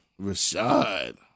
Rashad